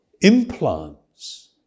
implants